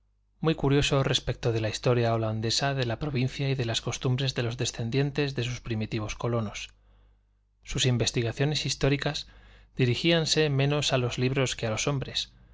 muy curioso respecto de la historia holandesa de la provincia y de las costumbres de los descendientes de sus primitivos colonos sus investigaciones históricas dirigíanse menos a los libros que a los hombres